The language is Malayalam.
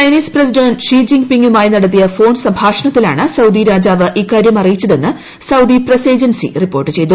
ചൈനീസ് പ്രസിഡന്റ് സി ജിൻപിംഗുമായി നടത്തിയ്ക്ക്ഫോൺ സംഭാഷണത്തിലാണ് സൌദി രാജാവ് ഇക്കാര്യം അറിയിച്ചതെന്ന് സ്മദി പ്രസ് ഏജൻസി റിപ്പോർട്ട് ചെയ്തു